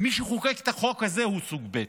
מי שחוקק את החוק הזה הוא סוג ב',